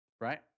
right